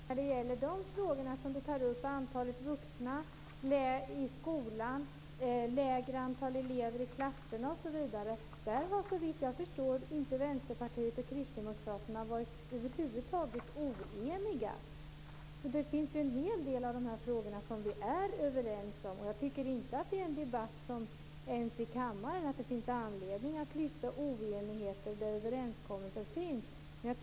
Fru talman! Såvitt jag förstår har Kristdemokraterna och Vänsterpartiet över huvud taget inte varit oeniga i frågorna om antalet vuxna i skolan och lägre antal elever i klasserna. Det finns en hel del av frågorna där vi är överens. Det finns inte anledning att ens i kammaren lyfta fram oenigheter när överenskommelser finns.